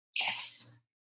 yes